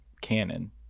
canon